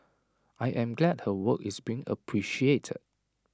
I am glad her work is being appreciated